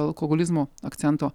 alkoholizmo akcento